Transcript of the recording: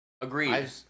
Agreed